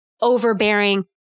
overbearing